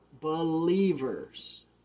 Believer's